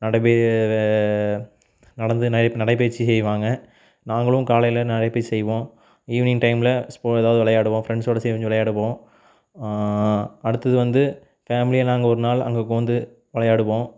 நடை ப நடந்து நடைப்பயிற்சி செய்வாங்க நாங்களும் காலையில் நடைப்பயிற்சி செய்வோம் ஈவினிங் டைமில் ஸ்போ எதாவது விளையாடுவோம் பிரண்ட்ஸோடு விளையாடுவோம் அடுத்தது வந்து ஃபேமிலியாக நாங்கள் ஒரு நாள் அங்கே வந்து விளையாடுவோம்